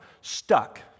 stuck